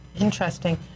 Interesting